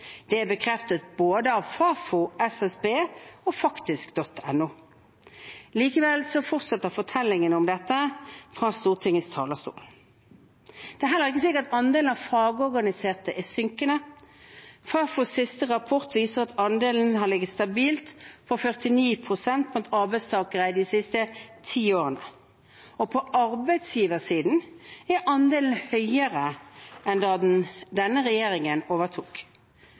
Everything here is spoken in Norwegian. Det er bekreftet både av Fafo, av SSB og av Faktisk.no. Likevel fortsetter fortellingen om dette fra Stortingets talerstol. Det er heller ikke slik at andelen av fagorganiserte er synkende. Fafos siste rapport viser at andelen har ligget stabilt på 49 pst. blant arbeidstakere de siste ti årene. På arbeidsgiversiden er andelen høyere enn da denne regjeringen overtok.